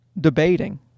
debating